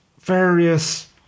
various